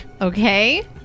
Okay